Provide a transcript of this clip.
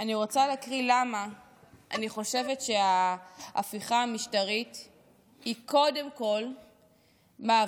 אני רוצה להקריא למה אני חושבת שההפיכה המשטרית היא קודם כול מאבק